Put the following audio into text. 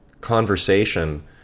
conversation